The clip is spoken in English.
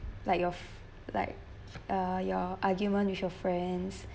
like your like uh your arguments with your friends